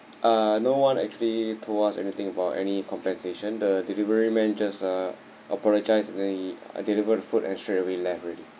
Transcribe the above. uh no one actually told us anything about any compensation the delivery man just uh apologise and then he uh delivered food and straightaway left already